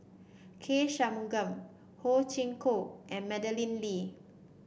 K Shanmugam Ho Chee Kong and Madeleine Lee